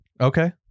Okay